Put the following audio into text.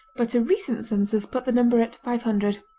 but a recent census put the number at five hundred.